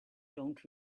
don’t